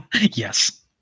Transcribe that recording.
Yes